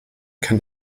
kann